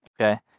okay